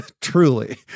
truly